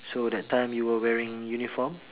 so that time you were wearing uniform